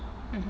mmhmm